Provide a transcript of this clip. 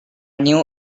new